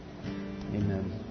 Amen